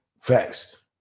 Facts